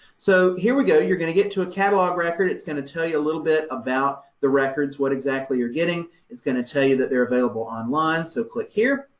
so here we go. you're going to get to a catalog record, it's going to tell you a little bit about the records, what exactly you're getting. it's going to tell you that they're available online, so click here.